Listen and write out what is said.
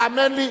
האמן לי.